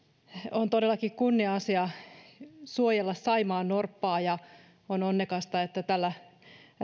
on todellakin kunnia asia suojella saimaannorppaa on onnekasta että tällä